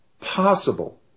possible